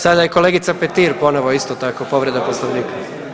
Sada je kolegica Petir ponovno isto tako povreda Poslovnika.